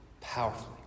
Powerfully